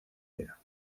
día